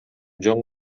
жөн